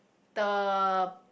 the